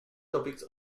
topics